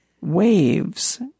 waves